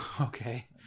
Okay